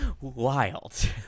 wild